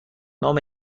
نام